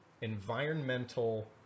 environmental